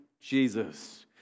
Jesus